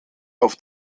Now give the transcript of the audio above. auf